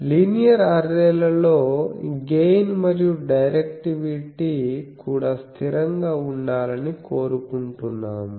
linear array ల లో gain మరియు డైరెక్టివిటీ కూడా స్థిరంగా ఉండాలని కోరుకుంటున్నాము